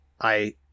I-